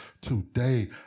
today